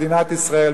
מדינת ישראל,